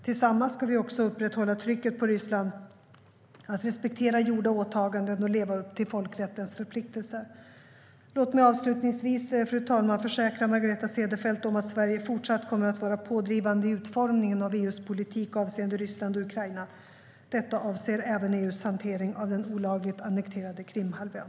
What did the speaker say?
Tillsammans ska vi också upprätthålla trycket på Ryssland att respektera gjorda åtaganden och leva upp till folkrättens förpliktelser. Låt mig avslutningsvis, fru talman, försäkra Margareta Cederfelt om att Sverige kommer att vara fortsatt pådrivande i utformningen av EU:s politik avseende Ryssland och Ukraina. Detta avser även EU:s hantering av den olagligt annekterade Krimhalvön.